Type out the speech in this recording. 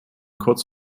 kurz